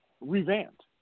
revamped